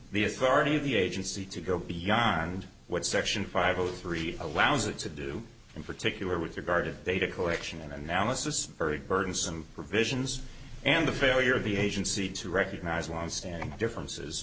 the authority of the agency to go beyond what section five zero three allows it to do in particular with regard to data collection and analysis very burdensome provisions and the failure of the agency to recognize longstanding differences